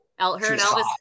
Elvis